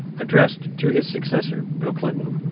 addressed to his successor, bill clinton.